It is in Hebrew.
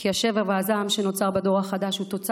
כי השבר והזעם שנוצרו בדור החדש הם תוצר